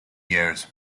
years